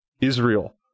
Israel